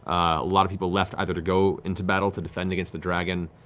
a lot of people left either to go into battle to defend against the dragon,